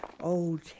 Old